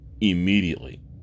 Immediately